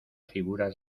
figuras